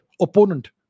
opponent